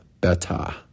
better